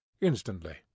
instantly